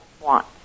want